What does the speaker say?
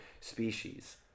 species